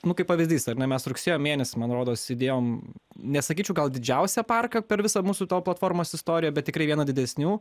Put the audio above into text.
nu kaip pavyzdys ar ne mes rugsėjo mėnesį man rodos įdėjom nesakyčiau gal didžiausią parką per visą mūsų to platformos istoriją bet tikrai vieną didesnių